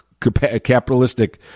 capitalistic